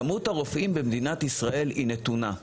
כמות הרופאים במדינת ישראל היא נתונה.